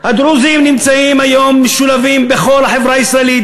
הדרוזים נמצאים היום משולבים בכל חברה הישראלית,